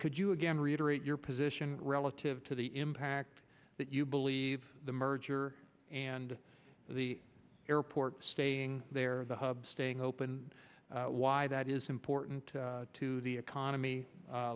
could you again reiterate your position relative to the impact that you believe the merger and the airport staying there the hub staying open why that is important to the economy